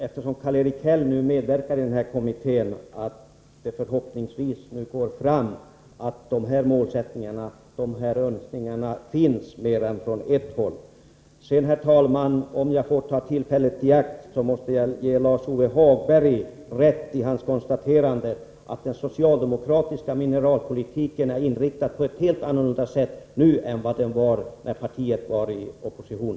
Eftersom Karl-Erik Häll medverkar i kommittén går det förhoppningsvis fram att önskemål om att dessa målsättningar finns från mer än ett håll. Sedan, herr talman, måste jag, om jag får ta tillfället i akt, ge Lars-Ove Hagberg rätt i hans konstaterande att den socialdemokratiska mineralpolitiken nu har en helt annan inriktning än när partiet var i opposition.